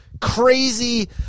crazy